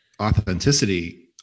authenticity